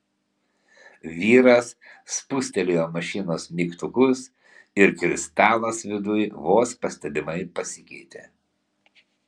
vyras spustelėjo mašinos mygtukus ir kristalas viduj vos pastebimai pasikeitė